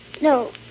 No